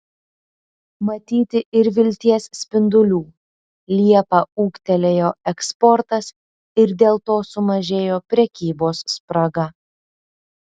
matyti ir vilties spindulių liepą ūgtelėjo eksportas ir dėl to sumažėjo prekybos spraga